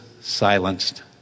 silenced